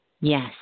Yes